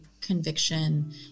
conviction